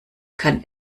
kann